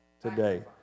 today